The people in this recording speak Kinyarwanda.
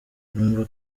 numva